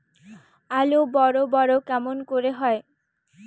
আলু বড় বড় কেমন করে হয়?